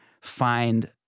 find